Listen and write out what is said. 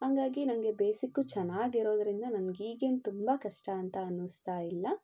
ಹಂಗಾಗಿ ನನಗೆ ಬೇಸಿಕ್ಕು ಚೆನ್ನಾಗಿರೋದ್ರಿಂದ ನನ್ಗೆ ಈಗೇನು ತುಂಬಾ ಕಷ್ಟ ಅಂತ ಅನಿಸ್ತಾ ಇಲ್ಲ